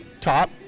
top